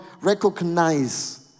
recognize